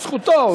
זכותו.